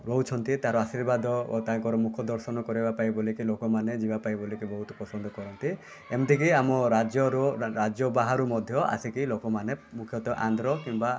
ରହୁଛନ୍ତି ତା'ର ଆଶୀର୍ବାଦ ଓ ତାଙ୍କର ମୁଖ ଦର୍ଶନ କରିବା ପାଇଁ ବୋଲିକି ଲୋକମାନେ ଯିବା ପାଇଁ ବୋଲିକି ବହୁତ ପସନ୍ଦ କରନ୍ତି ଏମିତିକି ଆମ ରାଜ୍ୟରୁ ରାଜ୍ୟ ବାହାରୁ ମଧ୍ୟ ଆସିକି ଲୋକମାନେ ମୁଖ୍ୟତଃ ଆନ୍ଧ୍ର କିମ୍ବା